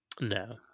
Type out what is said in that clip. No